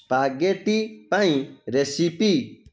spaghetti ପାଇଁ recipe